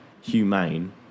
humane